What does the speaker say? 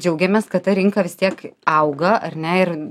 džiaugiamės kad ta rinka vis tiek auga ar ne ir